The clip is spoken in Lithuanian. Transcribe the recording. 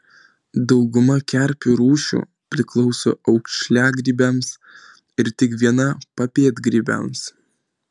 dauguma kerpių rūšių priklauso aukšliagrybiams ir tik viena papėdgrybiams